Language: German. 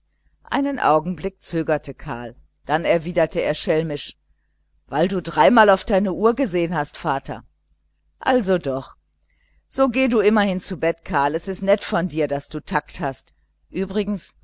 einen augenblick zögerte karl dann erwiderte er schelmisch weil du dreimal auf deine uhr gesehen hast vater also doch so geh du immerhin zu bett karl es ist nett von dir daß du takt hast übrigens